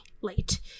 late